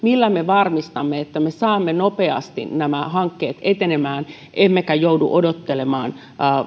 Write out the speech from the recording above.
joilla me varmistamme että me saamme nopeasti nämä hankkeet etenemään emmekä joudu odottelemaan